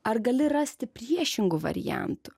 ar gali rasti priešingų variantų